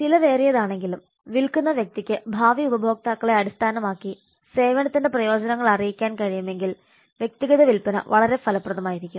ചെലവേറിയതാണെങ്കിലും വിൽക്കുന്ന വ്യക്തിക്ക് ഭാവി ഉപഭോക്താക്കളെ അടിസ്ഥാനമാക്കി സേവനത്തിന്റെ പ്രയോജനങ്ങൾ അറിയിക്കാൻ കഴിയുമെങ്കിൽ വ്യക്തിഗത വിൽപ്പന വളരെ ഫലപ്രദമായിരിക്കും